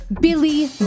Billy